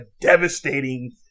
devastating